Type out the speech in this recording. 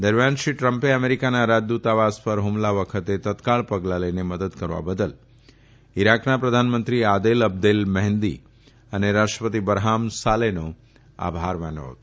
દરમિયાન શ્રી ટ્રમ્પે અમેરીકાના રાજદુતાવાસ પર હુમલા વખતે તત્કાળ પગલા લઇને મદદ કરવા બદલ ઇરાકના પ્રધાનમંત્રી આદેલ અબદેલ મહેંદી અને રાષ્ટ્રપતિ બરહામ સાલેનો આભાર માન્યો હતો